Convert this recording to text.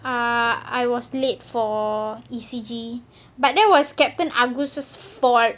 ah I was late for E_C_G but that was captain agustus fault